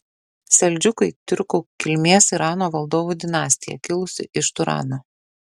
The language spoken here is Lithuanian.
seldžiukai tiurkų kilmės irano valdovų dinastija kilusi iš turano